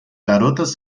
garotas